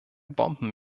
bomben